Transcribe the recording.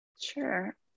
sure